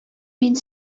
мин